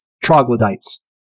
troglodytes